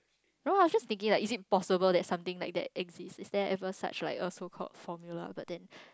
no just thinking like is it possible that something like that exist is there ever such like a so called formula but then